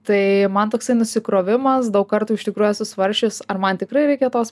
tai man toksai nusikrovimas daug kartų iš tikrųjų esu svarsčius ar man tikrai reikia tos